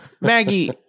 Maggie